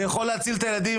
זה יכול להציל את הילדים,